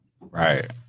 Right